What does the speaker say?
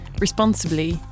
responsibly